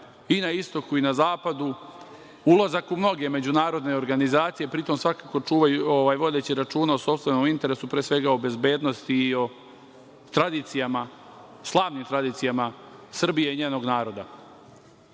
i na istoku i na zapadu, ulazak u mnoge međunarodne organizacije, pri tom svakako vodeći računa o sopstvenom interesu, pre svega o bezbednosti i o slavnim tradicijama Srbije i njenog naroda.S